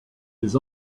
des